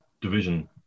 division